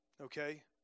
Okay